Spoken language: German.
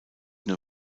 nur